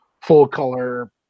full-color